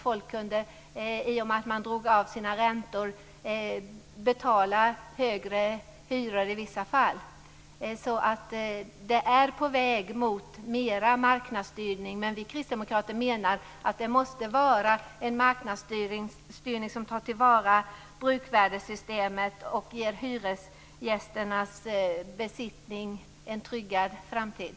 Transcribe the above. Folk kunde, i och med att man kunde dra av sina räntekostnader, betala högre hyror i vissa fall. Det är på väg mot mera marknadsstyrning. Men vi kristdemokrater menar att det måste vara en marknadsstyrning som tar till vara brukvärdessystemet och ger hyresgästernas besittning en tryggare framtid.